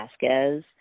vasquez